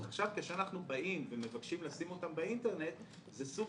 עכשיו כשאנחנו באים ומבקשים לשים אותם באינטרנט זה סוג